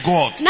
God